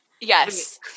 Yes